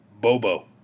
Bobo